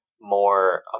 more